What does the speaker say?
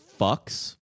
fucks